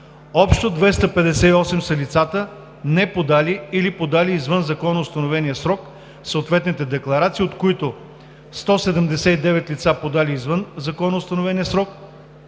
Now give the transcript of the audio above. общо 258 са лицата, неподали или подали извън законоустановения срок съответните декларации, от които: 179 лица, подали извън законоустановения срок,